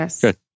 good